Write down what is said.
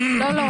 לא, לא.